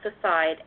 aside